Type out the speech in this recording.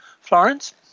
Florence